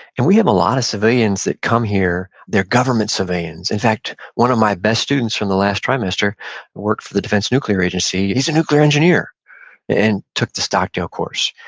and we have a lot of civilians that come here. they're government civilians. in fact, one of my best students from the last trimester worked for the defense nuclear agency. he's a nuclear engineer and took the stockdale course.